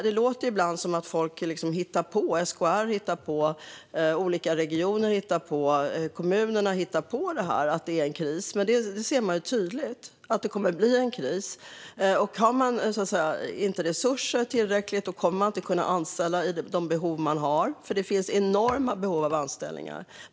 Det låter ibland som att SKR, olika regioner och kommuner, hittar på att det är en kris. Men man ser ju tydligt att det kommer att bli en kris. Om man inte har tillräckligt med resurser kommer man inte att kunna anställa utifrån de behov man har, för det finns enorma behov av anställningar.